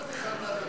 מה זה?